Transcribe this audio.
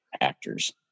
actors